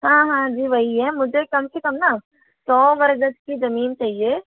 हाँ हाँ जी वही है मुझे कम से कम ना सौ वर्ग की जमीन चाहिए